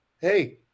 Hey